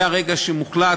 מהרגע שמוחלט,